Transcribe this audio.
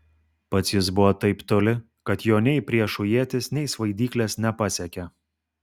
pats jis buvo taip toli kad jo nei priešų ietys nei svaidyklės nepasiekė